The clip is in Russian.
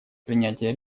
принятия